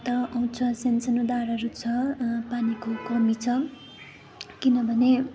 उता आउँछ सानसानो धाराहरू छ पानीको कमी छ किनभने